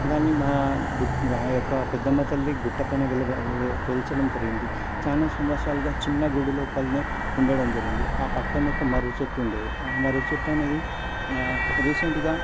దాన్ని మా గుట్ మా యొక్క పెద్దమ్మ తల్లి గుట్టపైన వెల వెలచడం జరిగింది చానా సంవత్సరాలుగా చిన్న గుడి లోపలనే ఉండడం జరిగింది ఆ పక్కన్నే ఒక మర్రిచెట్టు ఉండేది ఆ మర్రిచెట్టు అనేది రీసెంట్గా